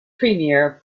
premiere